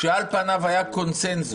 כיוון שנאמר פה על-ידי חבר הכנסת פינדרוס